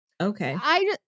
Okay